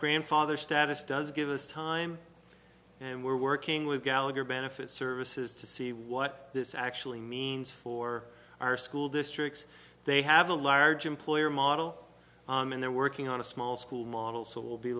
grandfather status does give us time and we're working with gallagher benefits services to see what this actually means for our school districts they have a large employer model and they're working on a small school model so we'll be